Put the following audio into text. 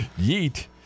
yeet